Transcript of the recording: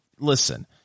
Listen